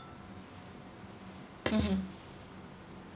mmhmm